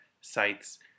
sites